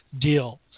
deal